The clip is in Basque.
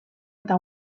eta